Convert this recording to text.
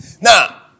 Now